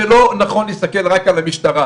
זה לא נכון להסתכל רק על המשטרה.